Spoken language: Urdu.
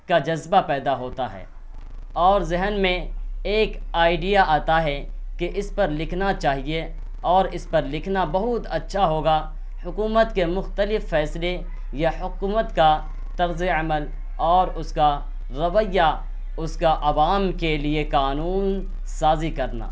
کا جذبہ پیدا ہوتا ہے اور ذہن میں ایک آئیڈیا آتا ہے کہ اس پر لکھنا چاہیے اور اس پر لکھنا بہت اچھا ہوگا حکومت کے مختلف فیصلے یا حکومت کا طرز عمل اور اس کا رویہ اس کا عوام کے لیے قانون سازی کرنا